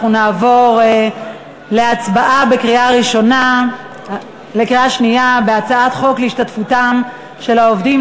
אנחנו נעבור להצבעה בקריאה שנייה על הצעת חוק להשתתפותם של העובדים,